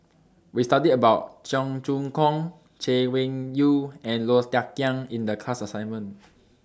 We studied about Cheong Choong Kong Chay Weng Yew and Low Thia Khiang in The class assignment